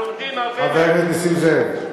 אנחנו לומדים הרבה, חבר הכנסת נסים זאב,